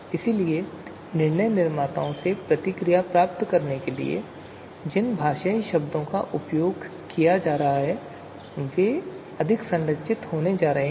इसलिए निर्णय निर्माताओं से प्रतिक्रिया प्राप्त करने के लिए जिन भाषाई शब्दों का उपयोग किया जा रहा है वे अधिक संरचित होने जा रहे हैं